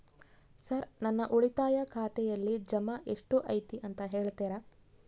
Sir ನನ್ನ ಉಳಿತಾಯ ಖಾತೆಯಲ್ಲಿ ಜಮಾ ಎಷ್ಟು ಐತಿ ಅಂತ ಹೇಳ್ತೇರಾ?